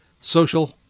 social